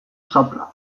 zapla